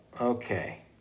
Okay